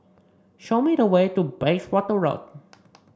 show me the way to Bayswater Road